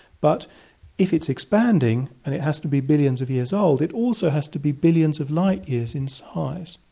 but if it's expanding and it has to be billions of years old, it also has to be billions of light years in size.